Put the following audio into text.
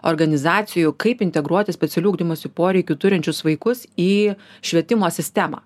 organizacijų kaip integruoti specialių ugdymosi poreikių turinčius vaikus į švietimo sistemą